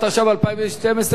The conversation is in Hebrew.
התשע"ב 2012,